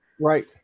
Right